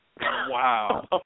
Wow